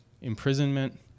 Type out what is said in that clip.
imprisonment